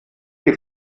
die